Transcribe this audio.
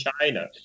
China